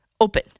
open